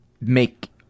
make